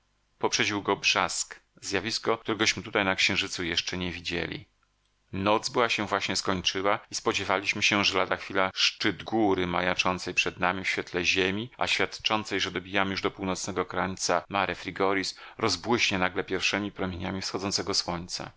poprzedził go brzask zjawisko któregośmy tutaj na księżycu jeszcze nie widzieli noc była się właśnie skończyła i spodziewaliśmy się że lada chwila szczyt góry majaczącej przed nami w świetle ziemi a świadczącej że dobijamy już do północnego krańca mare frigoris rozbłyśnie nagle pierwszemi promieniami wschodzącego słońca